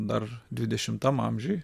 dar dvidešimtam amžiuj